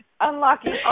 unlocking